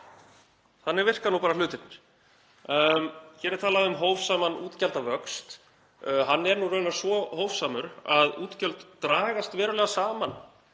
Þannig virka nú bara hlutirnir. Hér er talað um hófsaman útgjaldavöxt. Hann er nú raunar svo hófsamur að útgjöld dragast verulega saman